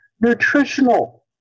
Nutritional